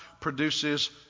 produces